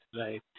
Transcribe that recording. Right